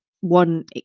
one